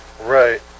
Right